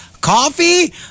coffee